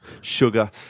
sugar